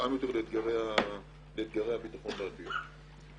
ומותאם יותר לאתגרי הביטחון בעתיד,